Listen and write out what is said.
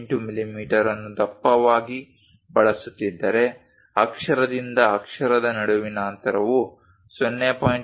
18 millimetre ಅನ್ನು ದಪ್ಪವಾಗಿ ಬಳಸುತ್ತಿದ್ದರೆ ಅಕ್ಷರದಿಂದ ಅಕ್ಷರದ ನಡುವಿನ ಅಂತರವು 0